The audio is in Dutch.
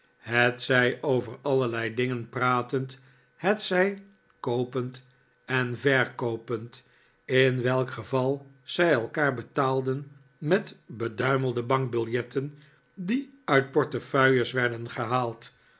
hetzij over allerlei dingen pratend hetzij koopend en verkoopend in welk geval zij elkaar betaalden met beduimelde bankbiljetten die uit portefeuilles werden gehaald